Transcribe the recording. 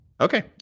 okay